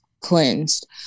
cleansed